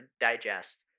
digest